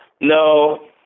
No